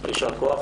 יישר כוח.